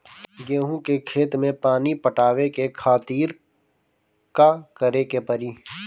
गेहूँ के खेत मे पानी पटावे के खातीर का करे के परी?